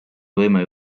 võime